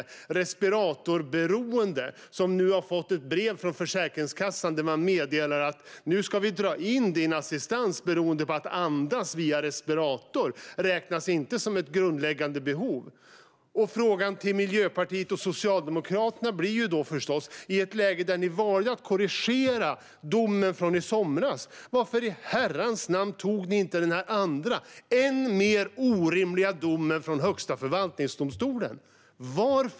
Killen är respiratorberoende och har nu fått ett brev från Försäkringskassan där man meddelar: Nu ska vi dra in din assistans beroende på att det inte räknas som ett grundläggande behov att andas via respirator. Då har jag förstås en fråga till Miljöpartiet och Socialdemokraterna. Ni valde att göra en korrigering utifrån domen i somras. Varför i herrans namn tog ni inte tag i den andra, än mer orimliga, domen från Högsta förvaltningsdomstolen?